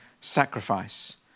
sacrifice